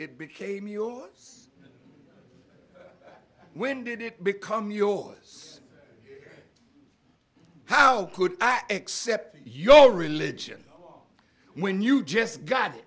it became yours when did it become yours how could i accept your religion when you just got